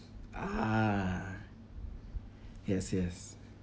ah yes yes